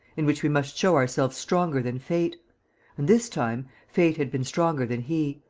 in which we must show ourselves stronger than fate and, this time, fate had been stronger than he.